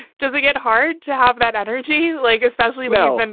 does it get hard to have that energy like especially metal? and